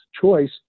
choice